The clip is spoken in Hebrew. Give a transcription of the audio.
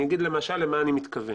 אני אגיד, למשל, למה אני מתכוון.